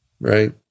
Right